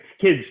kids